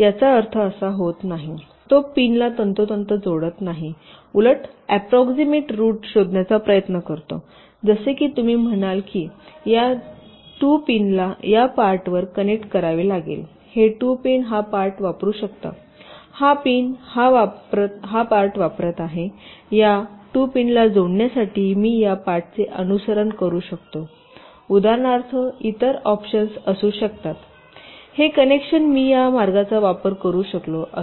याचा अर्थ असा होत नाही तो पिनला तंतोतंत जोडत नाही उलट अप्रॉक्सिमेंट रूट शोधण्याचा प्रयत्न करतो जसे की तुम्ही म्हणाल की या 2 पिनला या पार्टवर कनेक्ट करावे लागेल हे 2 पिन हा पार्ट वापरू शकतात हा पिन हा पार्ट वापरत आहे या 2 पिनला जोडण्यासाठी मी या पार्टचे अनुसरण करू शकतो उदाहरणार्थ इतर ऑप्शन असू शकतात हे कनेक्शन मी या मार्गाचा वापर करू शकलो असतो